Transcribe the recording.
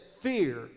fear